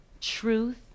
truth